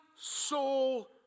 soul